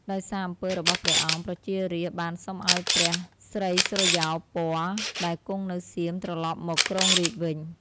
ដោយសារអំពើរបស់ព្រះអង្គ ប្រជារាស្ត្របានសុំឱ្យព្រះស្រីសុរិយោពណ៌ ដែលគង់នៅសៀម ត្រឡប់មកគ្រងរាជ្យវិញ។